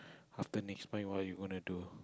after next month what you gonna do